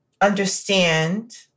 understand